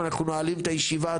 אנחנו נועלים את הישיבה,